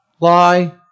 Lie